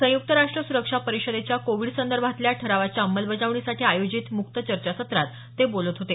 संयुक्त राष्ट्र सुरक्षा परिषदेच्या कोविडसंदर्भातल्या ठरावाच्या अंमलबजावणीसाठी आयोजित मुक्त चर्चासत्रात ते बोलत होते